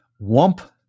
Wump